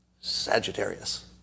Sagittarius